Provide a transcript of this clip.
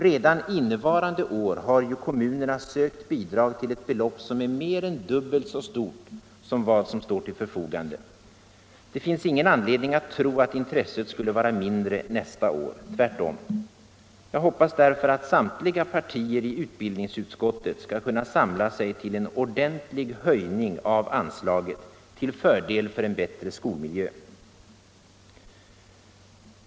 Redan innevarande år har ju kommunerna sökt bidrag till ett belopp som är mer än dubbelt så stort som vad som står till förfogande. Det finns ingen anledning att tro att intresset skulle vara mindre nästa år. Tvärtom! Jag hoppas därför att samtliga partier i utbildningsutskottet skall kunna samla sig till en ordentlig höjning av anslaget, till fördel för en bättre skolmiljö.